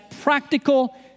practical